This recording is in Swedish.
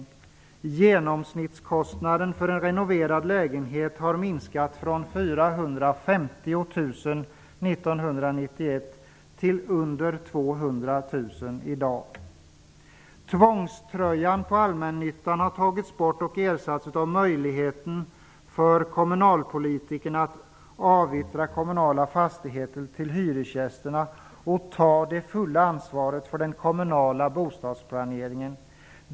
Genomsnittskostnaden för en renoverad lägenhet har minskat från ca 450 000 kr 1991 till under 200 000 i dag. Tvångströjan på allmännyttan har tagits bort och ersatts av möjligheten för kommunalpolitikerna att avyttra kommunala fastigheter till hyresgästerna och ta det fulla ansvaret för den kommunala bostadsplaneringen.